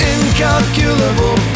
Incalculable